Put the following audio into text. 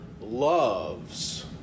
loves